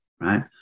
right